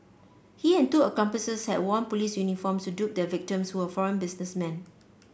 he and two accomplices had worn police uniforms to dupe their victims who were foreign businessmen